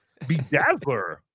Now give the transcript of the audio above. bedazzler